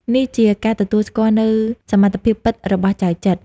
នេះជាការទទួលស្គាល់នូវសមត្ថភាពពិតរបស់ចៅចិត្រ។